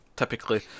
Typically